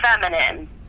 feminine